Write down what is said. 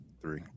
three